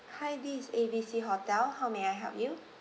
hi this is A B C hotel how may I help you